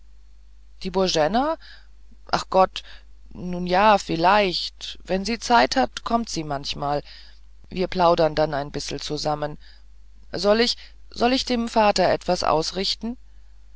die boena ach gott nun ja vielleicht wenn sie zeit hat kommt sie manchmal wir plaudern dann ein bissel zusammen soll ich soll ich dem vater etwas ausrichten